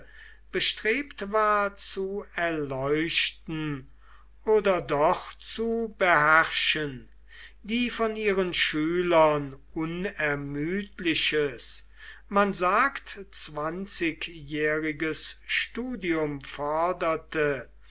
bestrebt war zu erleuchten oder doch zu beherrschen die von ihren schülern unermüdliches man sagt zwanzigjähriges studium forderte